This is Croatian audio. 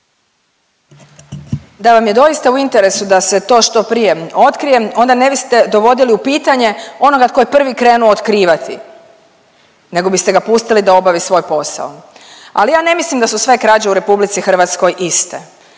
Da vam je doista u interesu da se to što prije otkrije onda ne biste dovodili u pitanje onoga tko je prvi krenuo otkrivati nego biste ga pustili da obavi svoj posao, ali ja ne mislim da su sve krađe u RH iste.